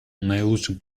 наилучшим